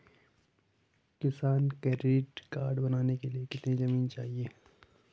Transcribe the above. किसान credit card बनाने के लिए कितनी जमीन चाहिए?